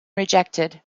rejected